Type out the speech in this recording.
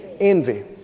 Envy